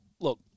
look